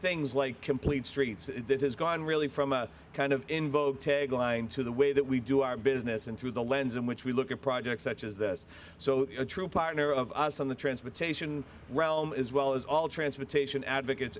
things like complete streets that has gone really from a kind of invoke tagline to the way that we do our business and through the lens in which we look at projects such as this so a true partner of us on the transportation realm as well as all transportation advocates